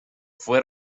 fue